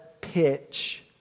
pitch